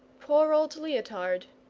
poor old leotard!